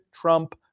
Trump